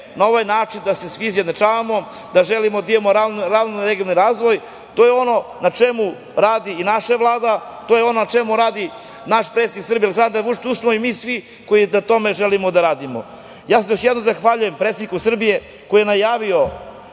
na ovaj način svi izjednačavamo, da želimo da imamo ravnomerni regionalni razvoj. To je ono na čemu radi i naša Vlada, to je ono na čemu radi naš predsednik Srbije Aleksandar Vučić, tu smo i mi svi koji na tome želimo da radimo. Još jednom se zahvaljujem predsedniku Srbije, koji je najavio